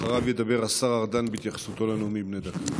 אחריו ידבר השר ארדן בהתייחסותו לנאומים בני דקה.